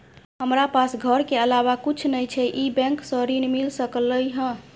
हमरा पास घर के अलावा कुछ नय छै ई बैंक स ऋण मिल सकलउ हैं?